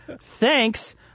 Thanks